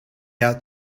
out